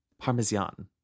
Parmesan